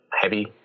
heavy